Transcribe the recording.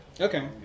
Okay